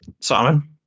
Simon